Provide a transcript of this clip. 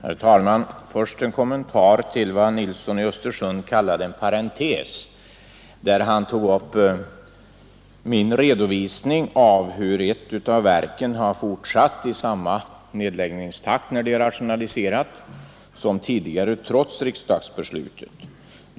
Herr talman! Först en kommentar till vad herr Nilsson i Östersund kallar en parentes. Han tog upp min redovisning av hur ett av verken trots riksdagsbeslutet har fortsatt i samma nedläggningstakt när det har rationaliserat sin verksamhet.